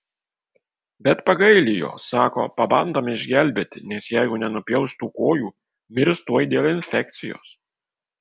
bet pagaili jo sako pabandome išgelbėti nes jeigu nenupjaus tų kojų mirs tuoj dėl infekcijos